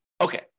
Okay